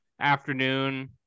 afternoon